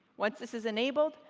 once this is enabled,